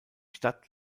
stadt